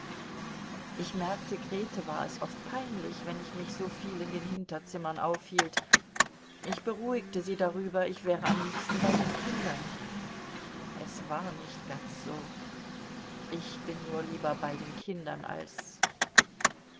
ich merkte grete war es oft peinlich wenn ich mich so viel in den hinterzimmern aufhielt ich beruhigte sie darüber ich wäre am liebsten bei den kindern es war nicht ganz so ich bin nur lieber bei den kindern als